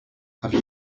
have